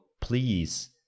please